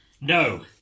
No